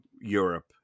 Europe